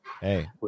hey